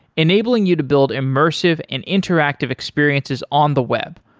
enabling you to build immersive and interactive experiences on the web,